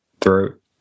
throat